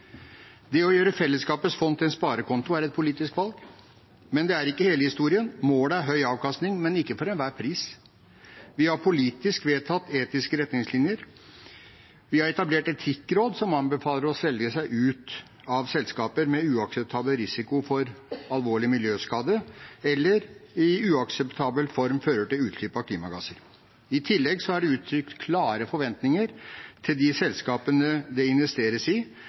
Det å gjøre fellesskapets fond til en sparekonto er et politisk valg, men det er ikke hele historien. Målet er høy avkastning, men ikke for enhver pris. Vi har politisk vedtatt etiske retningslinjer. Vi har etablert Etikkrådet, som anbefaler å selge seg ut av selskaper med uakseptabel risiko for «alvorlig miljøskade», eller som «i uakseptabel grad fører til utslipp av klimagasser». I tillegg er det uttrykt klare forventninger til at de selskapene det investeres i,